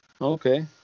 Okay